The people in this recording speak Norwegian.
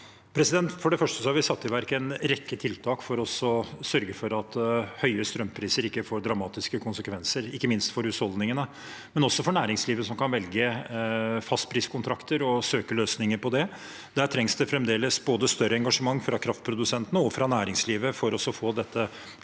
For det første har vi satt i verk en rekke tiltak for å sørge for at høye strømpriser ikke får dramatiske konsekvenser, ikke minst for husholdningene, men også for næringslivet, som kan velge fastpriskontrakter og søke løsninger på det. Det trengs fremdeles større engasjement både fra kraftprodusentene og fra næringslivet for å få dette